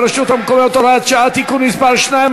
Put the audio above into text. ברשויות המקומיות (הוראת שעה) (תיקון מס' 2),